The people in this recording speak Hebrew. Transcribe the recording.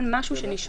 מתוך הבנה שמדובר